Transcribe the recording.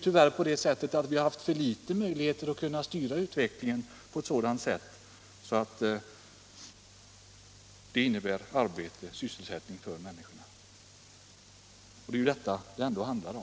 Tyvärr har vi haft för små möjligheter att styra utvecklingen på ett sådant sätt att det innebär arbete och sysselsättning för människorna. Det är detta det ändå handlar om.